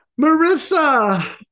Marissa